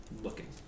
looking